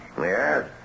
Yes